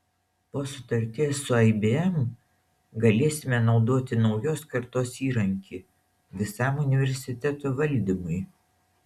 po sutarties su ibm galėsime naudoti naujos kartos įrankį visam universiteto valdymui